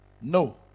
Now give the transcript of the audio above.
No